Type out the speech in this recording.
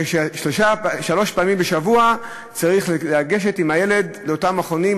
כששלוש פעמים בשבוע צריך לגשת עם הילד לאותם מכונים,